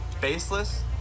baseless